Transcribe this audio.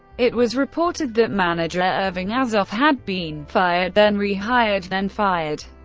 it was reported that manager irving azoff had been fired, then re-hired, then fired'.